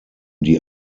die